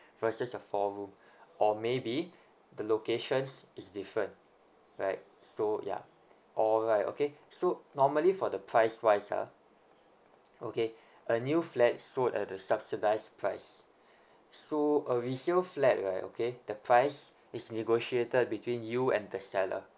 versus a four room or maybe the locations is different right so ya or like okay so normally for the price wise ah okay a new flat is sold at the subsidised price so a resale flat right okay the price is negotiated between you and the seller